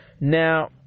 Now